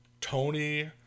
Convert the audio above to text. Tony